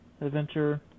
adventure